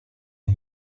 the